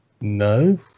No